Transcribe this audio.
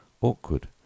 awkward